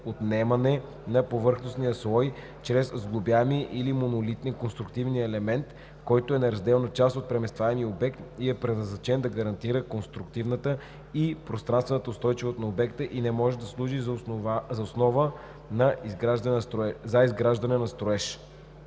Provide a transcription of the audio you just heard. отнемане на повърхностния слой, чрез сглобяем или монолитен конструктивен елемент, който е неразделна част от преместваемия обект и е предназначен да гарантира конструктивната и пространствена устойчивост на обекта и не може да служи за основа за изграждане на строеж.“